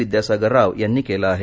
विद्यासागार राव यांनी केलं आहे